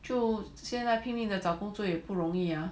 就现在拼命的找工作也不容易啊